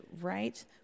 right